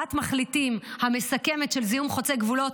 הצעת המחליטים המסכמת של זיהום חוצה גבולות,